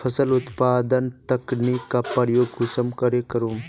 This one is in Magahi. फसल उत्पादन तकनीक का प्रयोग कुंसम करे करूम?